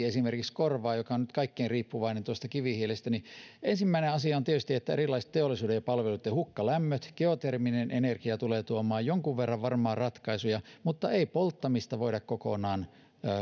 esimerkiksi helsinki joka on nyt kaikkein riippuvaisin kivihiilestä ensimmäinen asia on tietysti että erilaiset teollisuuden ja palveluitten hukkalämmöt ja geoterminen energia tulevat tuomaan jonkun verran varmaan ratkaisuja mutta ei polttamista voida kokonaan